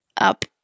up